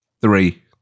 Three